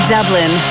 Dublin